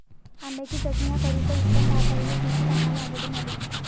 आंब्याची चटणी हा करीचा उत्तम भाग आहे हे देखील आम्हाला आढळून आले